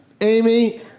Amy